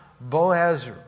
Boaz